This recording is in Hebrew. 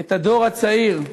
את הדור הצעיר,